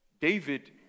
David